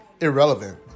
irrelevant